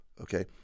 okay